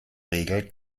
regel